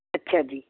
ਅੱਛਾ ਜੀ